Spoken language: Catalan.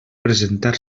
presentar